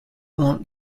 won’t